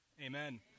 Amen